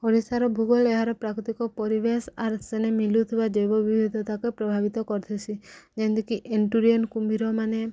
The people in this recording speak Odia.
ଓଡ଼ିଶାର ଭୂଗୋଳ ଏହାର ପ୍ରାକୃତିକ ପରିବେଶ ଆର୍ ସେନେ ମିଳୁଥିବା ଜୈବବିଭିଧତା ପ୍ରଭାବିତ କରିଥିସି ଯେମିତିକି ଏଣ୍ଟୁରିଏନ୍ କୁମ୍ଭୀରମାନେ